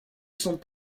sont